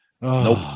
Nope